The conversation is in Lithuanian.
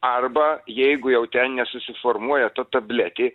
arba jeigu jau ten nesusiformuoja ta tabletė